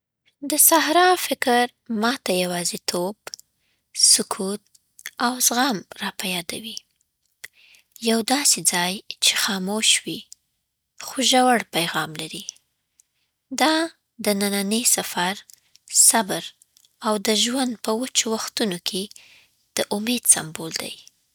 د صحرا فکر ما ته یوازیتوب، سکوت، او زغم راپه یادوي. یو داسې ځای چې خاموش وي، خو ژور پیغام لري. دا د نن نني سفر، صبر، او د ژوند په وچو وختونو کې د امید سمبول دی.